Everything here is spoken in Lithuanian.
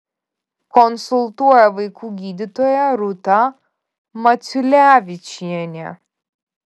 konsultuoja vaikų gydytoja rūta maciulevičienė